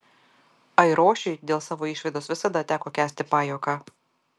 airošiui dėl savo išvaizdos visada teko kęsti pajuoką